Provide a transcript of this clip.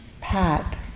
pat